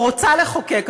או רוצה לחוקק,